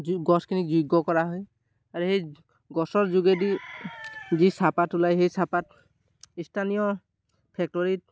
যো গছখিনিক যোগ্য কৰা হয় আৰু সেই গছৰ যোগেদি যি চাহপাত ওলায় সেই চাহপাত স্থানীয় ফেক্টৰীত